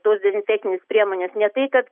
tos dezinfekcinės priemonės ne tai kad